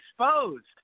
exposed